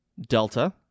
Delta